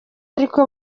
ariko